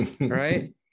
right